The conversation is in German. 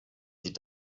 sie